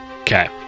Okay